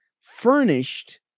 furnished